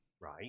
right